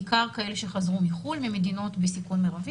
בעיקר כאלה שחזרו מחו"ל ממדינות בסיכון מרבי,